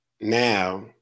Now